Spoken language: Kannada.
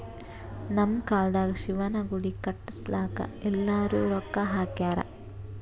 ನಮ್ ಕಾಲ್ದಾಗ ಶಿವನ ಗುಡಿ ಕಟುಸ್ಲಾಕ್ ಎಲ್ಲಾರೂ ರೊಕ್ಕಾ ಹಾಕ್ಯಾರ್